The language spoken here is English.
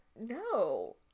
no